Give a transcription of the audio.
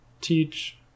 teach